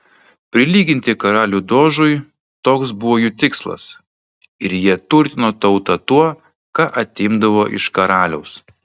prilyginti karalių dožui toks buvo jų tikslas ir jie turtino tautą tuo ką atimdavo iš karaliaus